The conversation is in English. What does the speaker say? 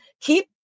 keep